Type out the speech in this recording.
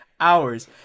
hours